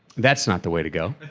that's not the way to go.